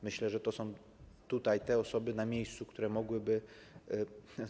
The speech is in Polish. Myślę, że to są te osoby na miejscu, które mogłyby.